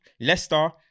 Leicester